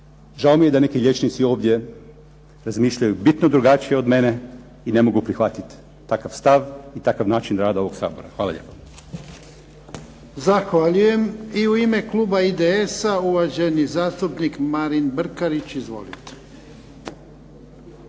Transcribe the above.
Žao mi je da neki liječnici ovdje razmišljaju bitno drugačije od mene i ne mogu prihvatiti takav stav i takav način rada ovog Sabora. Hvala lijepo. **Jarnjak, Ivan (HDZ)** Zahvaljujem. I u ime Kluba IDS-a uvaženi zastupnik Marin Brkarić. Izvolite.